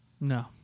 No